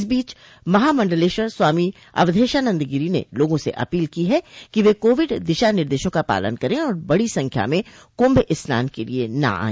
इस बीच महामंडलेश्वर स्वामी अवधेशानंद गिरी ने लोगों से अपील की है कि वे कोविड दिशा निर्देशों का पालन करें और बड़ी संख्या में कुंभ स्नान के लिए न आए